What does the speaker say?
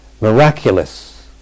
miraculous